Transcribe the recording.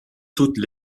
toutes